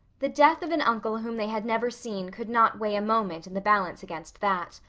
the death of an uncle whom they had never seen could not weigh a moment in the balance against that.